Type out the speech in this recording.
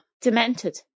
demented